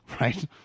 Right